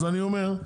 מה,